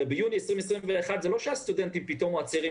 הרי ביוני 2021 זה לא שהסטודנטים והצעירים